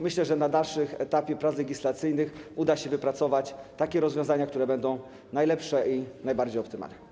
Myślę, że na dalszym etapie prac legislacyjnych uda się wypracować takie rozwiązania, które będą najlepsze i najbardziej optymalne.